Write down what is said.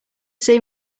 see